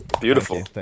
Beautiful